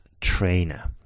trainer